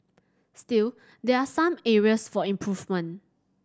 still there are some areas for improvement